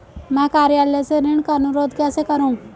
मैं कार्यालय से ऋण का अनुरोध कैसे करूँ?